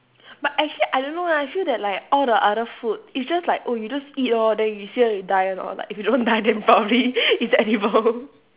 but actually I don't know lah I feel that like all the other food it's just like oh you just eat lor then you see whether you die or not like if you don't die then probably it's edible